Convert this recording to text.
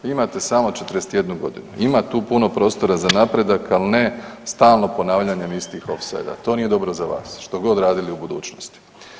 Vi imate samo 41 godinu, ima tu puno prostora za napredak, ali ne stalno ponavljanje istih opsega, to nije dobro za vas što god radili u budućnosti.